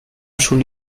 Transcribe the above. schule